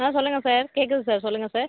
சொல்லுங்கள் சார் கேட்குது சார் சொல்லுங்கள் சார்